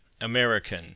American